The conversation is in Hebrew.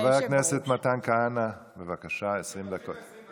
חבר הכנסת מתן כהנא, בבקשה, 20 דקות.